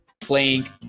playing